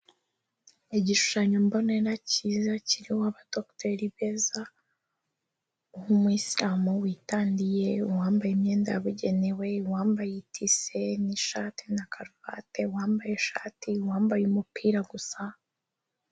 Igishushanyo mbonera cyiza kirimo aba Doctor beza, umuyisilamu witandiye, uwambaye imyenda yabugenewe, wambaye itise n'ishati na karuvate, uwambaye ishati, uwambaye umupira gusa.